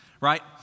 right